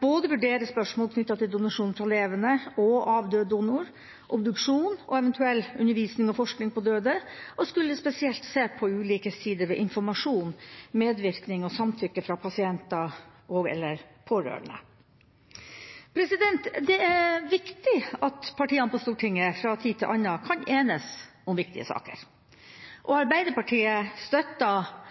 vurdere spørsmål knyttet til donasjon både fra levende og fra avdød donor, obduksjon og eventuell undervisning om og forskning på døde og spesielt se på ulike sider ved informasjon, medvirkning og samtykke fra pasienter og/eller pårørende. Det er viktig at partiene på Stortinget fra tid til annen kan enes om viktige saker, og Arbeiderpartiet støtter